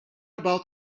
about